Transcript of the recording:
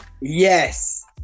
Yes